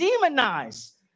demonize